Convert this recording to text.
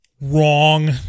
Wrong